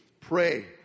pray